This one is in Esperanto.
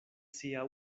sia